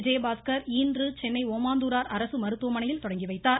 விஜயபாஸ்கர் இன்று சென்னை ஓமாந்தூரார் அரசு மருத்துவமனையில் தொடங்கிவைத்தார்